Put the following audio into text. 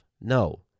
No